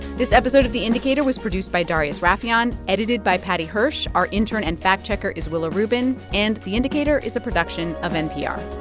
this episode of the indicator was produced by darius rafieyan, edited by paddy hirsch. our intern and fact-checker is willa rubin. and the indicator is a production of npr